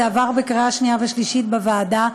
זה עבר בקריאה שנייה ושלישית בוועדה,